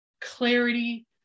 clarity